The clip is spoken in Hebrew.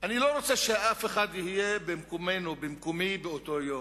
אני לא רוצה שאף אחד יהיה במקומי באותו יום,